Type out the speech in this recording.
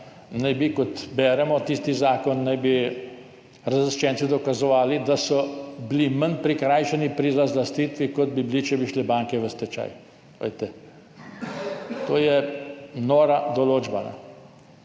naj bi, kot beremo tisti zakon, razlaščenci dokazovali, da so bili manj prikrajšani pri razlastitvi, kot bi bili, če bi šle banke v stečaj. To je nora določba.